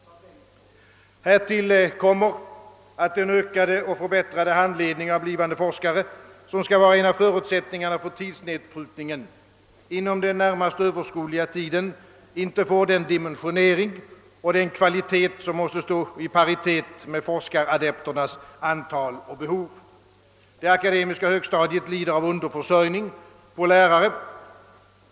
Härtill kommer att den ökade och förbättrade handledning av blivande forskare, som skall vara en av förutsättningarna för = tidsnedprutningen, inom den närmast överskådliga perioden inte får den dimensionering och den kvalitet som måste stå i paritet med forskaradepternas antal och behov. Det akademiska högstadiet lider av underförsörjning på lärare.